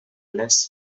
less